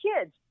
kids